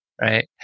Right